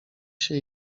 się